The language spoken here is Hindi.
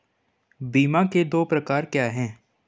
बीमा के दो प्रकार क्या हैं?